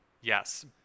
Yes